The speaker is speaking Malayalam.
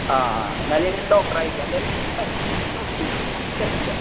ആ ആ എന്തായാലും ഞാനൊരു ഡോക്ടറെ അയയ്ക്കാം എന്തായാലും നോക്ക് ഞാൻ കുറച്ചു തിരക്കിലാണ്